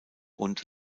und